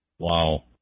Wow